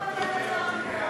לך תפטר את שר הביטחון.